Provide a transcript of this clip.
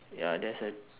ya there's a